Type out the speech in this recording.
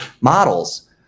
models